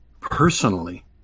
personally